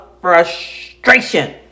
frustration